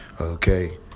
Okay